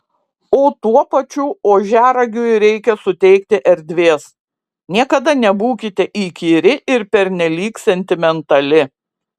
o tuo pačiu ožiaragiui reikia suteikti erdvės niekada nebūkite įkyri ir pernelyg sentimentali